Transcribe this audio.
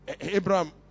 Abraham